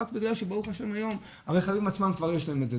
רק בגלל שברוך ה' היום לרכבים עצמם כבר יש להם את זה,